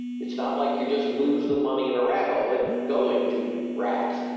it's not like you just lose the money in a rathole it's going to rats